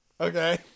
Okay